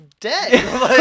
dead